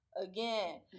again